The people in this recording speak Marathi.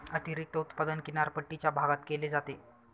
अतिरिक्त उत्पादन किनारपट्टीच्या भागात केले जाते